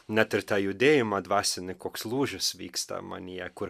net ir tą judėjimą dvasinį koks lūžis vyksta manyje kur